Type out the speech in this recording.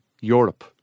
Europe